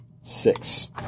six